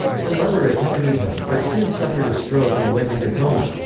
her mother accompanied her, but soon suffered a stroke and went into coma.